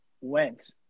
went